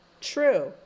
True